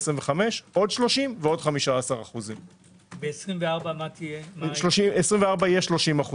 25' עוד 30 ועוד 15%. 24' יהיה 30%,